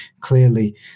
clearly